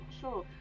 sure